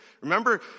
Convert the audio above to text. Remember